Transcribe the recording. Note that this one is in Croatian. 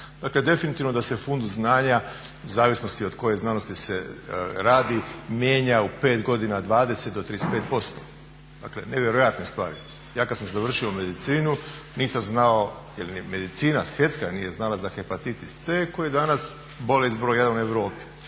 Dakle, definitivno da se fundus znanja zavisnosti od koje znanosti se radi mijenja u pet godina 20 do 35%. Dakle, nevjerojatne stvari. Ja kad sam završio medicinu nisam znao, jer ni medicina svjetska nije znala za hepatitis C koji je danas bolest broj jedan u Europi.